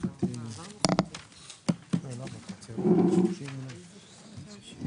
הכבוד, אנחנו חיים פה בזכות ולא בחסד.